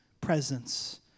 presence